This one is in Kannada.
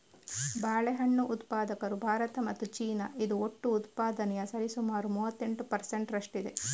ಬಾಳೆಹಣ್ಣು ಉತ್ಪಾದಕರು ಭಾರತ ಮತ್ತು ಚೀನಾ, ಇದು ಒಟ್ಟು ಉತ್ಪಾದನೆಯ ಸರಿಸುಮಾರು ಮೂವತ್ತೆಂಟು ಪರ್ ಸೆಂಟ್ ರಷ್ಟಿದೆ